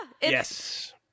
Yes